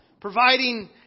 Providing